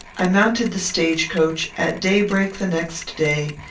i mounted the stage-coach at daybreak the next day,